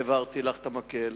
והעברתי לך את המקל.